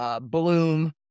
Bloom